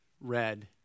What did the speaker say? red